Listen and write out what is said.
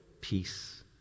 peace